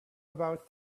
about